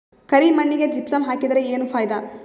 ಕರಿ ಮಣ್ಣಿಗೆ ಜಿಪ್ಸಮ್ ಹಾಕಿದರೆ ಏನ್ ಫಾಯಿದಾ?